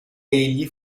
egli